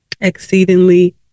exceedingly